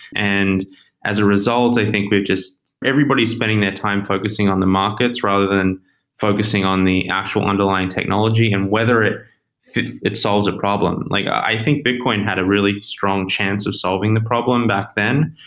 and as a result, i think we've just everybody spending their time focusing on the markets rather than focusing on the actual underlying technology and whether it it solves a problem like i think bitcoin had a really strong chance of solving the problem back then.